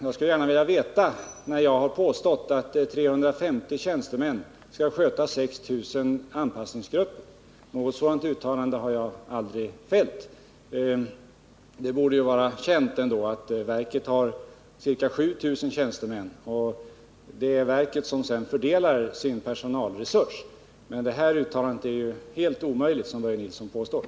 Jag skulle gärna vilja veta när jag påstått att 350 tjänstemän skall sköta 6 000 anpassningsgrupper. Något sådant uttalande har jag aldrig fällt. Det borde vara känt att verket har ca 7 000 tjänstemän och att det är verket som fördelar sin personalresurs. Påståendet att jag skulle ha gjort detta uttalande är helt felaktigt.